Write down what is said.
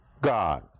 God